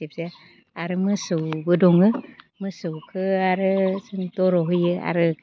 आरो मोसौबो दङ मोसौखौ आरो जोङो दर' होयो आरो